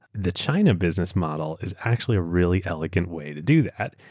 the china business model is actually really elegant way to do that.